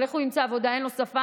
אבל איך הוא ימצא עבודה אם אין לו שפה?